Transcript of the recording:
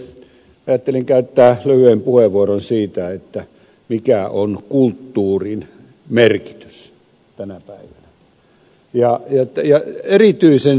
ajattelin käyttää lyhyen puheenvuoron siitä mikä on kulttuurin merkitys tänä päivänä